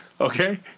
Okay